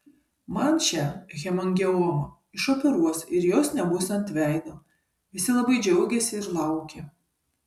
man šią hemangiomą išoperuos ir jos nebus ant veido visi labai džiaugėsi ir laukė